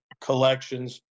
collections